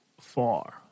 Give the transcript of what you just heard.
far